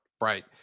Right